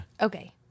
Okay